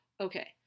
okay